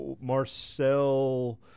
Marcel